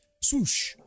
swoosh